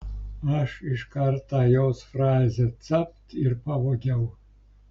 aš iškart tą jos frazę capt ir pavogiau